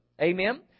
Amen